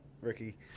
Ricky